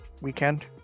weekend